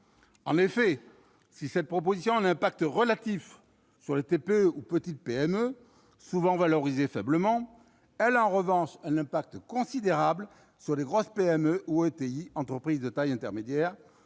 française. Si cette proposition a un impact relatif sur les TPE ou sur les petites PME, souvent faiblement valorisées, elle a en revanche un impact considérable sur les grosses PME ou ETI, les entreprises de taille intermédiaire.